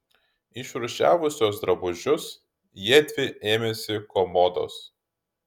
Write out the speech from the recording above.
išrūšiavusios drabužius jiedvi ėmėsi komodos